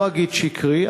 אני לא אגיד שקרי,